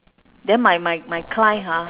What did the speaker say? then my my my client ha